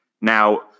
Now